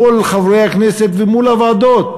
מול חברי הכנסת ומול הוועדות,